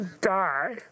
die